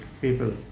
people